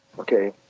okay?